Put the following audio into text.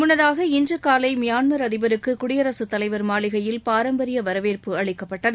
முன்னதாக இன்று னலை மியான்மா் அதிபருக்கு குடியரசுத் தலைவா் மாளிகையில் பாரம்பரிய வரவேற்பு அளிக்கப்பட்டது